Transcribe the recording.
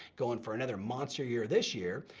goin' for another monster year this year,